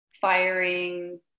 firing